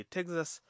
Texas